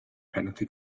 penalty